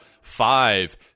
five